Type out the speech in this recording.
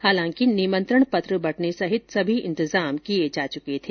हालांकि निमंत्रण पत्र बंटने सहित सभी इंतजाम किए जा चुके थे